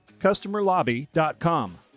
CustomerLobby.com